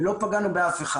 ולא פגענו באף אחד.